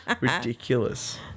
ridiculous